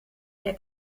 der